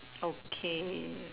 okay